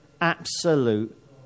absolute